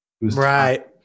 Right